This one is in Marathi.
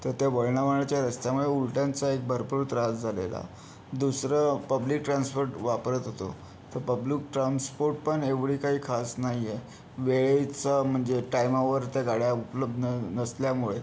तर त्या वळणावळणाच्या रस्त्यामुळं उलट्यांचा एक भरपूर त्रास झालेला दुसरं पब्लिक ट्रान्सपोर्ट वापरत होतो तर पब्लूक ट्रान्सपोर्ट पण एवढी काही खास नाही आहे वेळेचं म्हणजे टायमावर त्या गाड्या उपलब्ध नसल्यामुळे